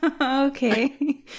Okay